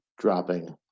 dropping